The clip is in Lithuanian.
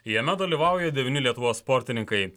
jame dalyvauja devyni lietuvos sportininkai